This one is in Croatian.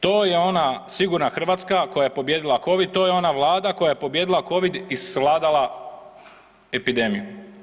To je ona sigurna Hrvatska koja je pobijedila Covid, to je ona Vlada koja je pobijedila Covid i svladala epidemiju.